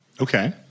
Okay